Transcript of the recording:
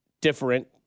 different